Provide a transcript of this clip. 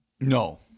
No